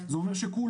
זה אומר שכולם,